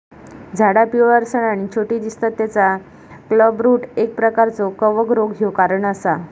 झाडा पिवळसर आणि छोटी दिसतत तेचा क्लबरूट एक प्रकारचो कवक रोग ह्यो कारण असा